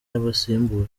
y’abasimbura